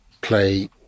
play